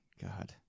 God